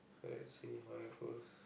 let's see how it goes